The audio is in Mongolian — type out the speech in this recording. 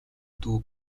дүү